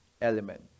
element